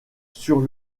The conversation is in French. sur